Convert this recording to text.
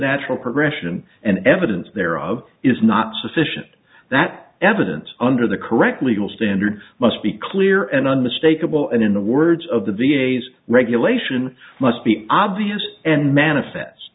natural progression and evidence there of is not sufficient that evidence under the correct legal standard must be clear and unmistakable and in the words of the v a s regulation must be obvious and manifest